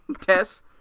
Tess